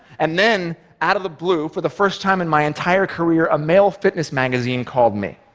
and then, out of the blue, for the first time in my entire career, a male fitness magazine called me,